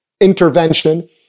intervention